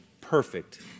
perfect